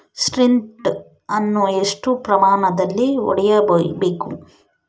Sprint ಅನ್ನು ಎಷ್ಟು ಪ್ರಮಾಣದಲ್ಲಿ ಹೊಡೆಯಬೇಕು?